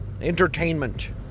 Entertainment